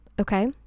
okay